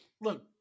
look